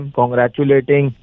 congratulating